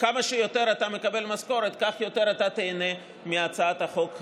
כמה שיותר אתה מקבל משכורת כך אתה תיהנה יותר מהצעת החוק הזאת,